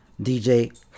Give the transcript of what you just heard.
DJ